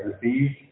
received